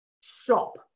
shop